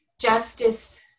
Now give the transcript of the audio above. Justice